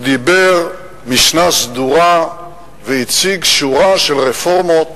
הוא דיבר משנה סדורה והציג שורה של רפורמות